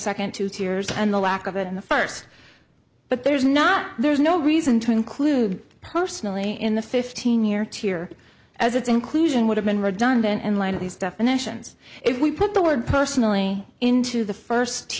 second to tears and the lack of it in the first but there's not there's no reason to include personally in the fifteen year tear as its inclusion would have been redundant and line of these definitions if we put the word personally into the first